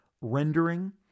rendering